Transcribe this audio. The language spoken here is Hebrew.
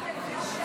שלי.